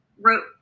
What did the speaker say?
wrote